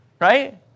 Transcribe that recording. right